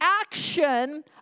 action